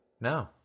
No